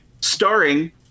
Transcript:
starring